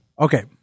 Okay